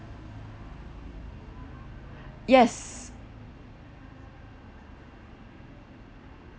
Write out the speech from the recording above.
yes